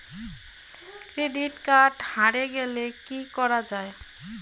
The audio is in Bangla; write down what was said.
ক্রেডিট কার্ড হারে গেলে কি করা য়ায়?